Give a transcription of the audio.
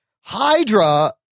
Hydra